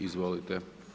Izvolite.